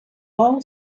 all